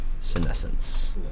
Senescence